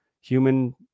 human